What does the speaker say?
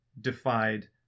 defied